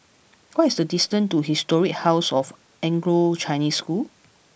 what is the distance to Historic House of Anglo Chinese School